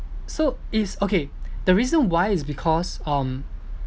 so it's okay the reason why is because um